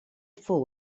fou